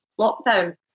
Lockdown